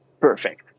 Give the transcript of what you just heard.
perfect